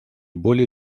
более